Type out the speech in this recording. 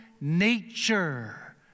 nature